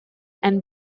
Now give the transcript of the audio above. and